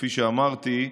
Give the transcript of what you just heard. וכפי שאמרתי,